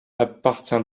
appartient